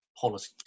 policy